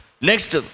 Next